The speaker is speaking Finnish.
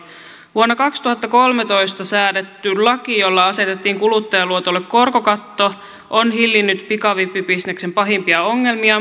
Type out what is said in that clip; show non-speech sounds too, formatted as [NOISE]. vuonna kaksituhattakolmetoista säädetty laki jolla asetettiin kuluttajaluotolle korkokatto on hillinnyt pikavippibisneksen pahimpia ongelmia [UNINTELLIGIBLE]